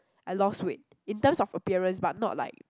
I lost weight in terms of appearance but not like